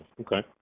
okay